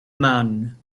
man